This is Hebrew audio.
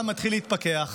שהעולם מתחיל להתפכח